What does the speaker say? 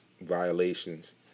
violations